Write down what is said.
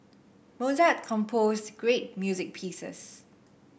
Mozart composed great music pieces